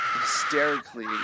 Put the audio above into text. hysterically